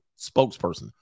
spokesperson